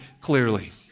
clearly